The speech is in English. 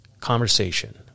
conversation